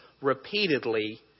repeatedly